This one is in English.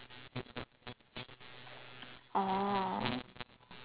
oh